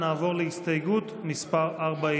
ונעבור להסתייגות 39 לחלופין ד'.